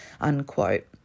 unquote